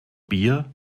bier